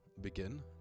begin